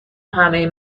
همه